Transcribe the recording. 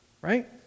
Right